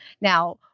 Now